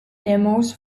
demos